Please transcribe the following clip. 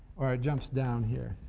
or it jumps down here